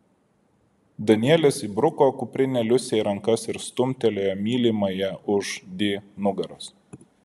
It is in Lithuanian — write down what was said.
danielis įbruko kuprinę liusei į rankas ir stumtelėjo mylimąją už di nugaros